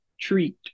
treat